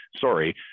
sorry